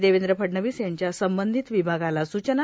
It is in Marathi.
देवेंद्र फडणवीस यांच्या संबंधित विभागाला सूचना